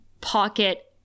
pocket